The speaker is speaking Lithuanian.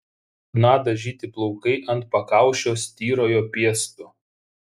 chna dažyti plaukai ant pakaušio styrojo piestu